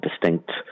distinct